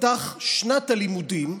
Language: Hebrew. תיפתח שנת הלימודים,